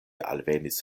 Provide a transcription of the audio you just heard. alvenis